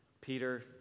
peter